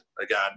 again